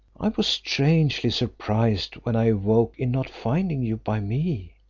i was strangely surprised when i awoke in not finding you by me.